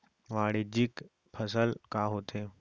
वाणिज्यिक फसल का होथे?